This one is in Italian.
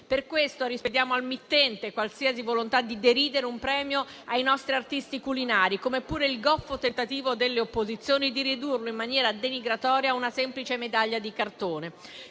Per questo rispediamo al mittente qualsiasi volontà di deridere un premio ai nostri artisti culinari, come pure il goffo tentativo delle opposizioni di ridurlo in maniera denigratoria a una semplice medaglia di cartone.